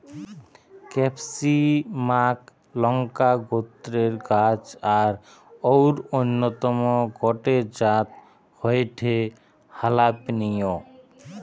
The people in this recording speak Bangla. ক্যাপসিমাক লংকা গোত্রের গাছ আর অউর অন্যতম গটে জাত হয়ঠে হালাপিনিও